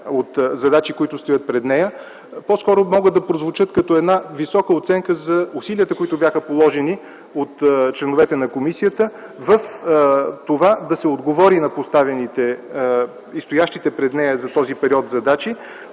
от задачи, които са пред нея, по-скоро могат да прозвучат като една висока оценка за усилията, които бяха положени от членовете на комисията в това да се отговори на поставените и стоящите пред нея за този период задачи,